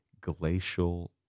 glacial